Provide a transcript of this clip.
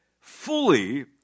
fully